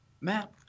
Matt